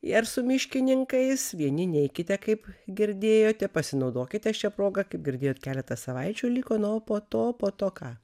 ir su miškininkais vieni neikite kaip girdėjote pasinaudokite šia proga kaip girdėjot keletą savaičių liko na o po to po to ką